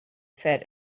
fat